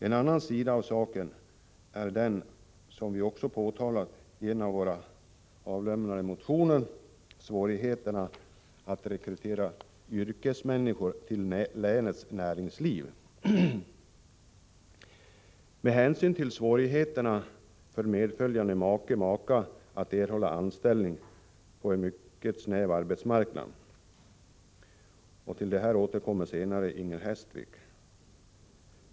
En annan sida av saken, som vi också påtalat i en av våra avlämnade motioner, är svårigheterna att rekrytera yrkesmänniskor till länets näringsliv med hänsyn till problemen för medföljande make eller maka att erhålla anställning på en mycket snäv arbetsmarknad. Till detta återkommer senare Inger Hestvik.